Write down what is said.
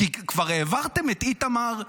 כי כבר העברתם את איתמר,